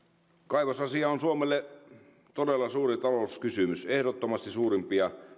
kaivosasia on suomelle todella suuri talouskysymys ehdottomasti suurimpia